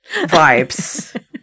vibes